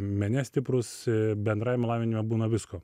mene stiprūs bendrajam lavinime būna visko